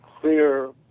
clear